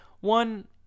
One